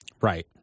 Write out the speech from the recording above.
Right